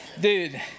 Dude